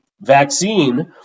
vaccine